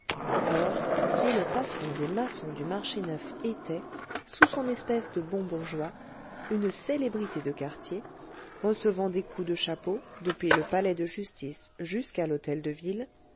or si le patron des maçons du marché neuf était sous son espèce de bon bourgeois une célébrité de quartier recevant des coups de chapeau depuis le palais de justice jusqu'à l'hôtel de ville